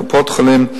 קופות-חולים,